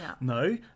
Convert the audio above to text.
no